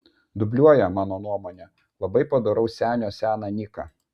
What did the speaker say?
dubliuoja mano nuomone labai padoraus senio seną niką